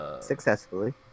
successfully